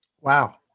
wow